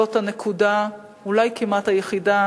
זאת הנקודה אולי כמעט היחידה